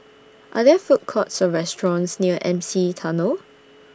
Are There Food Courts Or restaurants near M C E Tunnel